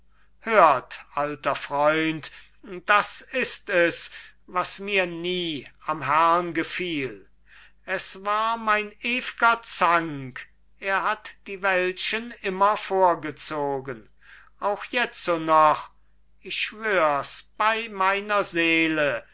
hört alter freund das ist es was mir nie am herrn gefiel es war mein ewger zank er hat die welschen immer vorgezogen auch jetzo noch ich schwörs bei meiner seele